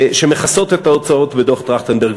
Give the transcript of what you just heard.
שמכסות את ההוצאות בדוח טרכטנברג.